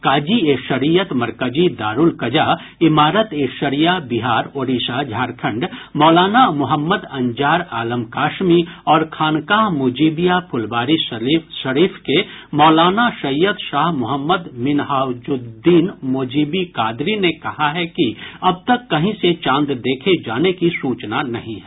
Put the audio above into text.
काजी ए शरियत मरकजी दारूल कजा इमारत ए शरिया बिहार ओडिशा झारखंड मौलाना मोहम्मद अंजार आलम कासमी और खानकाह मुजीबिया फुलवारीशरीफ के मौलाना सैयद शाह मोहम्मद मिनहाजुद्दीन मोजीबी कादरी ने कहा है कि अभी तक कहीं से चांद देखे जाने की सूचना नहीं है